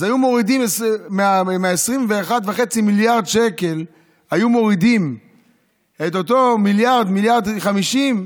אז היו מורידים מ-21.5 מיליארד שקל את אותו מיליארד או מיליארד ו-50,